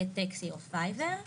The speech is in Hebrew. גט טקסי או פייבר.